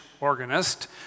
organist